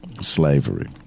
slavery